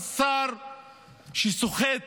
שר שסוחט